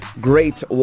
great